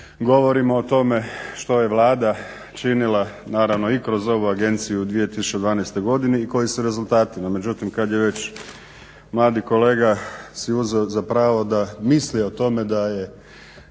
govorimo o tome što je Vlada činila naravno i kroz ovu Agenciju u 2012. godini i koji su rezultati. No međutim, kad je već mladi kolega si uzeo za pravo da misli o tome da je